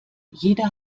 jeder